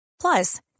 Plus